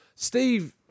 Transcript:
Steve